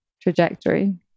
trajectory